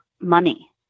money